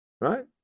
Right